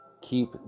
keep